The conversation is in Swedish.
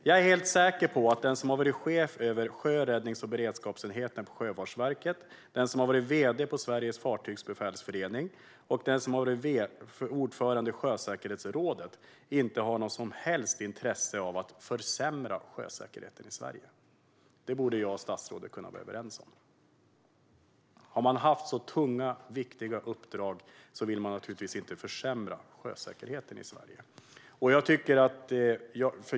Jag är helt säker på att den som har varit chef över sjöräddnings och beredskapsenheten på Sjöfartsverket, den som har varit vd på Sveriges Fartygsbefälsförening och den som har varit ordförande i Sjösäkerhetsrådet inte har något som helst intresse av att försämra sjösäkerheten i Sverige. Det borde jag och statsrådet vara överens om. Har man haft så tunga och viktiga uppdrag vill man naturligtvis inte försämra sjösäkerheten i Sverige.